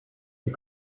die